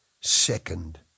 second